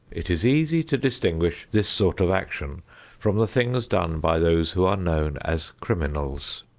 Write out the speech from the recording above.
it is easy to distinguish this sort of action from the things done by those who are known as criminals.